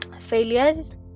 failures